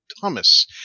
Thomas